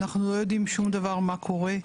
אנחנו לא יודעים שום דבר מה קורה.